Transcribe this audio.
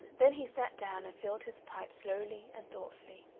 then he sat down and filled his pipe slowly and thoughtfully.